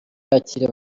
yakiriye